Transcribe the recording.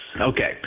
Okay